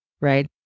Right